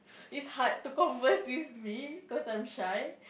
it's hard to converse with me cause I'm shy